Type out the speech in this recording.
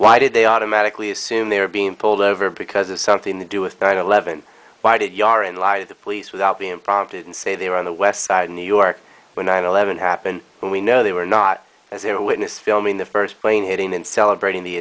why did they automatically assume they were being pulled over because of something they do with nine eleven why did you are in line to the police without being prompted and say they were on the west side of new york when nine eleven happened and we know they were not as they were witness filming the first plane hitting in celebrating the